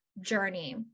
journey